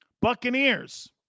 Buccaneers